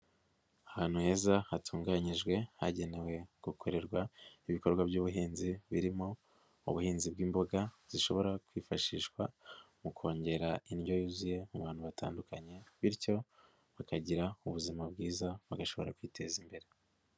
Ahantu heza hatunganyijwe hagenewe gukorerwa ibikorwa by'ubuhinzi birimo ubuhinzi bw'imboga, zishobora kwifashishwa mu kongera indyo yuzuye mu bantu batandukanye, bityo bakagira ubuzima bwiza, bagashobora kwiteza imbere.